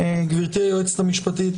גברתי היועצת המשפטית,